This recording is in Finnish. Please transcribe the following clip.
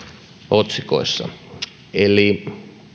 otsikoissa eli